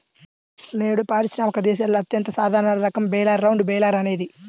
నేడు పారిశ్రామిక దేశాలలో అత్యంత సాధారణ రకం బేలర్ రౌండ్ బేలర్ అనేది